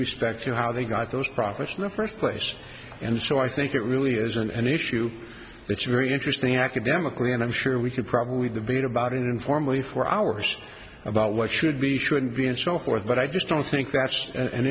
respect to how they got those profits in the first place and so i think it really isn't an issue it's very interesting academically and i'm sure we could probably debate about it informally for hours about what should be shouldn't be and so forth but i just don't think that's an